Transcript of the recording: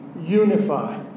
Unify